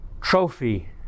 trophy